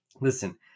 listen